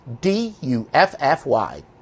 D-U-F-F-Y